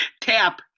Tap